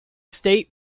state